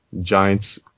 Giants